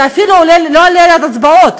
זה אפילו לא עולה להצבעות,